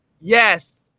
Yes